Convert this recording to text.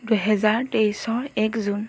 দুহেজাৰ তেইছৰ এক জুন